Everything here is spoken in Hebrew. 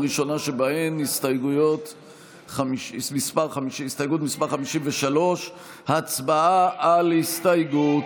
הראשונה שבהן היא הסתייגות מס' 53. הצבעה על ההסתייגות.